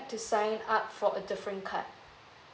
to sign up for a different card